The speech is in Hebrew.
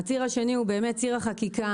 הציר השני הוא באמת ציר החקיקה